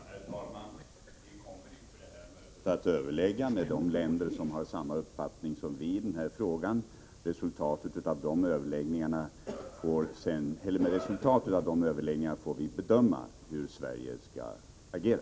Herr talman! Vi kommer inför det här mötet att överlägga med de länder som har samma uppfattning som vi i denna fråga. När vi vet resultatet av de överläggningarna får vi sedan bedöma hur Sverige skall agera.